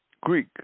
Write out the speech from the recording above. Greek